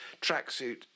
tracksuit